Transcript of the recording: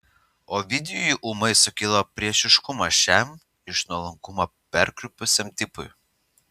ovidijui ūmai sukilo priešiškumas šiam iš nuolankumo perkrypusiam tipui